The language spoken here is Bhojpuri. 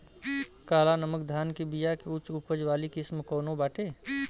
काला नमक धान के बिया के उच्च उपज वाली किस्म कौनो बाटे?